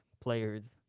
players